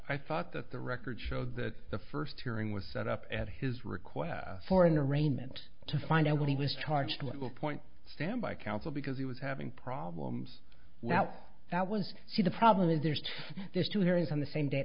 i thought that the record showed that the first hearing was set up at his request for an arraignment to find out what he was charged with a point sam by counsel because he was having problems now that was she the problem is there's there's two hearings on the same day